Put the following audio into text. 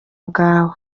bwawe